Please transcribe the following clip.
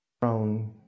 throne